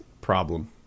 problem